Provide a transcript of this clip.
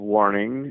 Warning